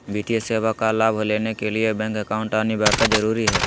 वित्तीय सेवा का लाभ लेने के लिए बैंक अकाउंट अनिवार्यता जरूरी है?